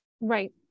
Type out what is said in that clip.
Right